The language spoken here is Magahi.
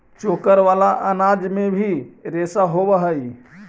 चोकर वाला अनाज में भी रेशा होवऽ हई